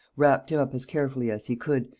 wrapped him up as carefully as he could,